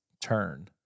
turn